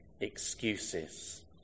excuses